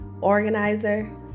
organizer